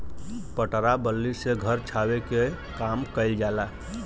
पटरा बल्ली से घर छावे के काम कइल जाला